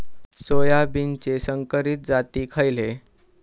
सोयाबीनचे संकरित जाती खयले?